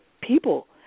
people